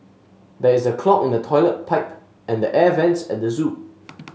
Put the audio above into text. there is a clog in the toilet pipe and the air vents at the zoo